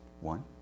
One